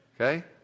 Okay